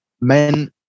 men